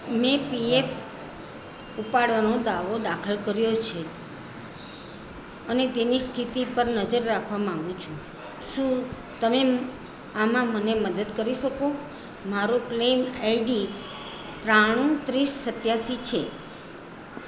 મેં પીએફ ઉપાડવાનો દાવો દાખલ કર્યો છે અને તેની સ્થિતિ પર નજર રાખવા માંગુ છું શું તમે આમાં મને મદદ કરી શકો મારો ક્લેમ આઈડી ત્રાણુ ત્રીસ સત્યાસી છે